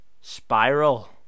Spiral